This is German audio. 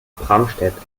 bramstedt